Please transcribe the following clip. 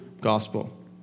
gospel